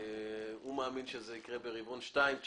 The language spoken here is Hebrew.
והוא מאמין שזה יקרה ברבעון השני של